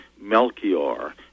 Melchior